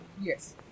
Yes